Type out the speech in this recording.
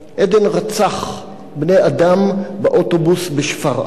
עדן רצח בני-אדם באוטובוס בשפרעם.